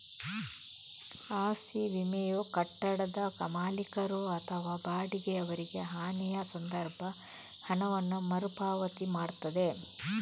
ಆಸ್ತಿ ವಿಮೆಯು ಕಟ್ಟಡದ ಮಾಲೀಕರು ಅಥವಾ ಬಾಡಿಗೆಯವರಿಗೆ ಹಾನಿಯ ಸಂದರ್ಭ ಹಣವನ್ನ ಮರು ಪಾವತಿ ಮಾಡ್ತದೆ